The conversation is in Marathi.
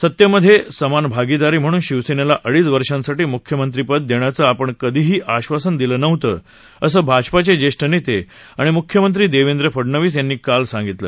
सतेमध्ये समान भागीदारी म्हणून शिवसेनेला अडीच वर्षांसाठी मुख्यमंत्रीपद देण्याचं आपण कधीही आश्वासन दिलं नव्हतं असं भाजपाचे ज्येष्ठ नेते आणि म्ख्यमंत्री देवेंद्र फडनवीस यांनी काल सांगितलं